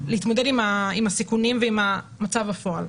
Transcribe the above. להתמודד עם הסיכונים ועם המצב בפועל.